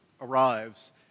arrives